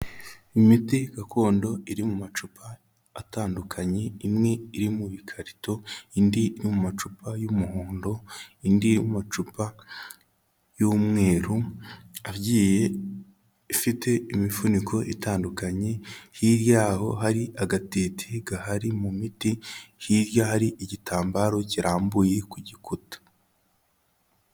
Imiti gakondo iri mu macupa atandukanye, imwe iri mu bikarito, indi iri mu macupa y'umuhondo, indi macupa y'umweru agiye ifite imifuniko itandukanye, hirya yaho hari agatete gahari mu miti, hirya hari igitambaro kirambuye ku gikuta.